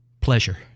pleasure